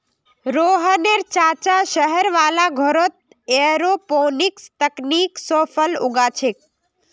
रोहनेर चाचा शहर वाला घरत एयरोपोनिक्स तकनीक स फल उगा छेक